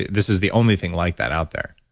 this is the only thing like that out there